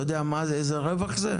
אתה יודע איזה רווח זה?